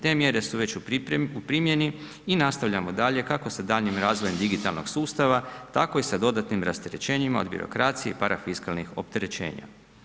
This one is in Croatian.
Te mjere su već u primjeni i nastavljamo dalje kako sa daljnjim razvojem digitalnog sustava, tako i sa dodatnim rasterećenjima od birokracije i parafiskalnih opterećenja.